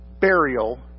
burial